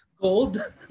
Gold